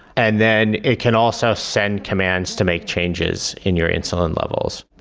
and then it can also send commands to make changes in your insulin levels.